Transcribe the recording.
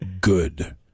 good